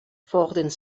volgden